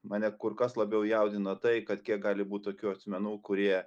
mane kur kas labiau jaudina tai kad kiek gali būt tokių asmenų kurie